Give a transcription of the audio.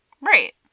right